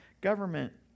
government